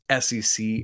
SEC